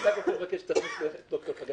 אני רק רוצה לבקש שתכניס את ד"ר חגי.